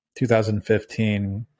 2015